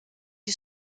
die